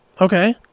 Okay